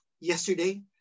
yesterday